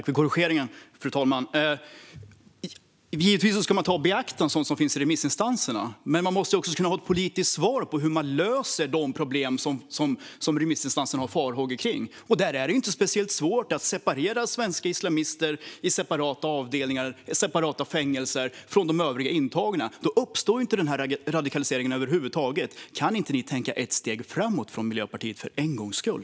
Fru talman! Givetvis ska man ta i beaktande vad som sägs av remissinstanserna. Men man måste också kunna ha ett politiskt svar på hur man löser de problem som remissinstanserna har farhågor om. Det är inte speciellt svårt att separera svenska islamister i separata fängelser från de övriga intagna. Då uppstår inte radikaliseringen över huvud taget. Kan inte ni från Miljöpartiet tänka ett steg framåt för en gångs skull?